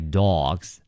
dog's